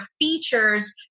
features